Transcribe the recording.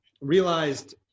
realized